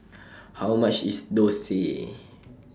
How much IS Dosa